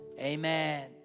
amen